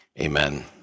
amen